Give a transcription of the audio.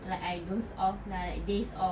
like I dozed off like daze off